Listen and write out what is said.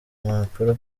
mpapuro